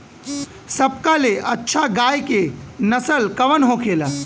सबका ले अच्छा गाय के नस्ल कवन होखेला?